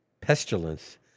pestilence